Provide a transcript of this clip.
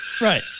Right